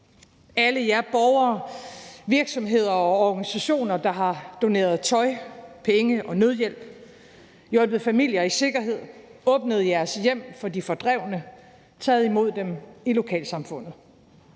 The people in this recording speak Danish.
alle jer borgere, virksomheder og organisationer, der har doneret tøj, penge og nødhjælp, hjulpet familier i sikkerhed, åbnet jeres hjem for de fordrevne og taget imod dem i lokalsamfundet.